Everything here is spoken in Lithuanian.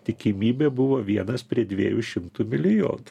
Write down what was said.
tikimybė buvo vienas prie dviejų šimtų milijonų